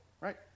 right